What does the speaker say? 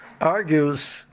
argues